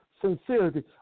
sincerity